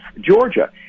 Georgia